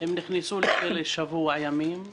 הם נכנסו לכלא לשבוע ימים,